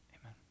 Amen